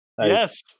Yes